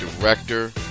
director